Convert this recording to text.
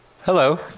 Hello